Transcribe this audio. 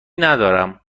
ندارم